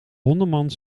hondenmand